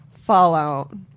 Fallout